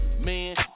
Man